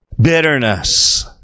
bitterness